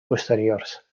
posteriors